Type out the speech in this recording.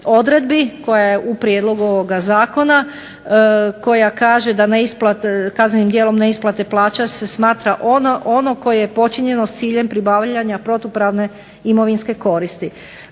koja je u prijedlogu ovoga zakona, koja kaže da kaznenim djelom neisplate plaća se smatra ono koje je počinjeno s ciljem pribavljanja protupravne imovinske koristi.